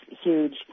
huge